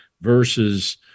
versus